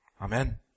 Amen